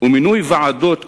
ומינוי ועדות קרואות,